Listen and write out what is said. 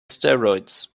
steroids